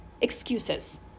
excuses